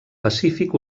pacífic